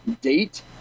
date